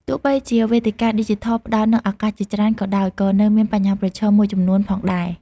ទោះបីជាវេទិកាឌីជីថលផ្តល់នូវឱកាសជាច្រើនក៏ដោយ ក៏នៅមានបញ្ហាប្រឈមមួយចំនួនផងដែរ។